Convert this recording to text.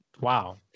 wow